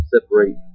separate